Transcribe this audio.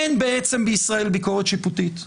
אין בישראל ביקורת שיפוטית.